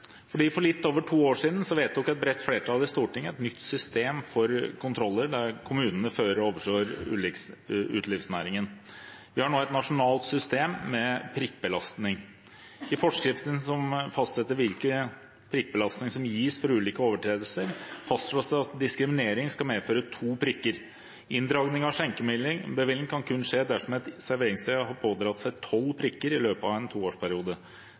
For litt over to år siden vedtok et bredt flertall i Stortinget et nytt system for kontroller kommunene fører med utelivsnæringen. Vi har nå et nasjonalt system med prikkbelastning. I forskriften som fastsetter hvilke prikkbelastninger som gis for ulike overtredelser, fastslås det at diskriminering skal medføre to prikker. Inndragning av skjenkebevilling kan kun skje dersom et serveringssted har pådratt seg tolv prikker i løpet av en toårsperiode.